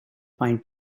pine